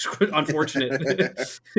Unfortunate